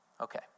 okay